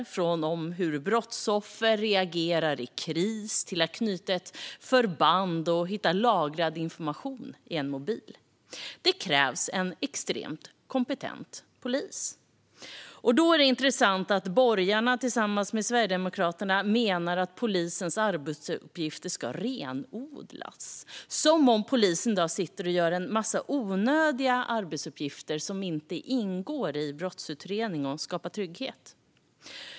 Det handlar om allt från hur brottsoffer reagerar i kris till att knyta förband och hitta lagrad information i en mobil. Det krävs en extremt kompetent polis. Då är det intressant att borgarna tillsammans med Sverigedemokraterna menar att polisens arbetsuppgifter ska renodlas, som om polisen i dag sitter och gör en massa onödiga arbetsuppgifter som inte ingår i att utreda brott och att skapa trygghet.